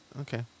okay